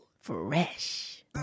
Fresh